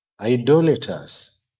idolaters